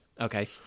Okay